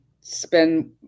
spend